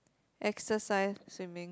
exercise swimming